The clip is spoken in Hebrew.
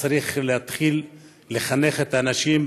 צריך להתחיל לחנך את האנשים,